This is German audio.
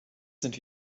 sind